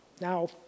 Now